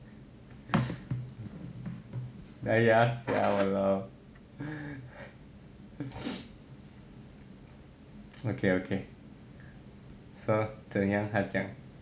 ya sia !walao! okay okay so 怎样他讲